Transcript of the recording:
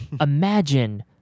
Imagine